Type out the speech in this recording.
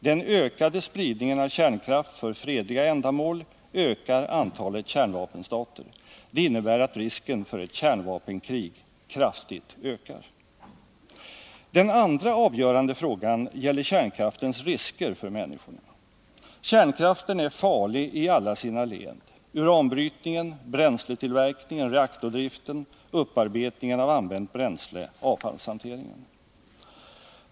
Den ökade spridningen av kärnkraft för fredliga ändamål ökar antalet kärnvapenstater. Det innebär att risken för ett kärnvapenkrig kraftigt ökar.” Den andra avgörande frågan gäller kärnkraftens risker för människorna. Kärnkraften är farlig i alla sina led — uranbrytningen, bränsletillverkningen, reaktordriften, upparbetningen av använt bränsle och avfallshanteringen.